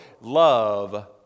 love